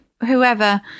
whoever